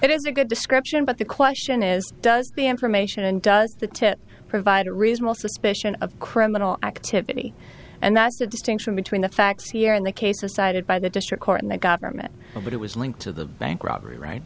automobile it is a good description but the question is does the information and does the tip provide a reasonable suspicion of criminal activity and that's the distinction between the facts here in the cases cited by the district court and the government but it was linked to the bank robbery right